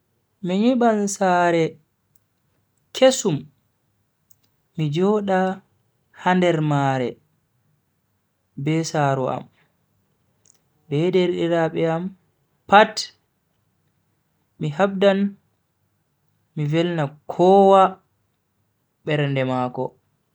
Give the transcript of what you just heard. Mi nyiban sare kesum mi joda ha nder maare be saaro am, be derdiraabe am pat. Mi habdan mi velna kowa bernde mako.